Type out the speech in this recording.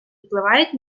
впливають